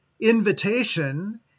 invitation